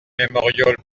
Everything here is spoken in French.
memorial